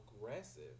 aggressive